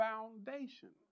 Foundation